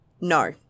No